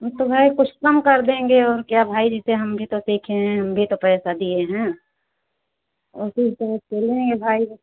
तो भाई कुछ कम कर देंगे क्या भाई जैसे हम भी तो सीखें हैं हम भी तो पैसा दिए हैं वैसे नहीं है भाई